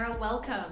Welcome